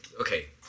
Okay